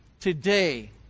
today